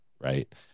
right